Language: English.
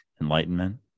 enlightenment